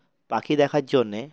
পাখি দেখার জন্যে